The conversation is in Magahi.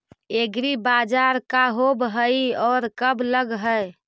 एग्रीबाजार का होब हइ और कब लग है?